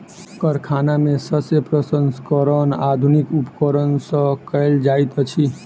कारखाना में शस्य प्रसंस्करण आधुनिक उपकरण सॅ कयल जाइत अछि